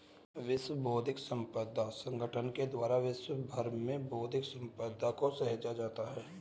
विश्व बौद्धिक संपदा संगठन के द्वारा विश्व भर में बौद्धिक सम्पदा को सहेजा जाता है